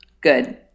Good